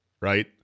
right